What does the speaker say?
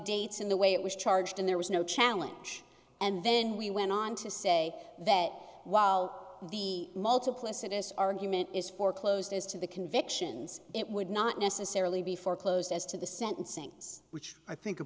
dates in the way it was charged and there was no challenge and then we went on to say that while the multiplicities argument is foreclosed as to the convictions it would not necessarily be foreclosed as to the sentencing which i think